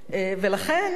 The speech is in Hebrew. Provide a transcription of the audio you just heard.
ולכן,